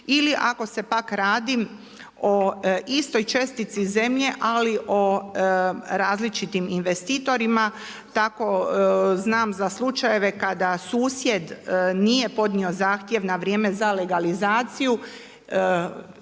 Ili ako se pak radi o istoj čestici zemlje, ali o različitim investitorima, tako znam za slučajeve kada susjed nije podnio zahtjev na vrijeme za legalizaciju,